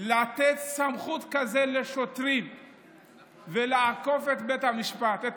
לתת סמכות כזאת לשוטרים ולעקוף את בית המשפט ואת